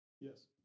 Yes